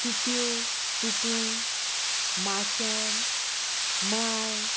तितिव तितीन माशेन माय